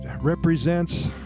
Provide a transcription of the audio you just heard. represents